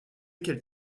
qu’elle